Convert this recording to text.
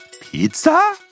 pizza